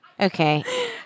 Okay